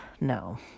No